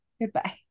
Goodbye